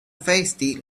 feisty